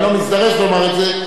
אני לא מזדרז לומר את זה.